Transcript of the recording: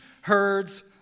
herds